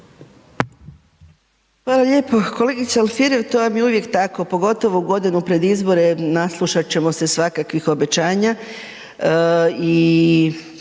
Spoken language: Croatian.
Hvala lijepo. Kolegice Alfirev, to vam je uvijek tako, pogotovo u godinu pred izbore jer naslušat ćemo se svakakvih obećanja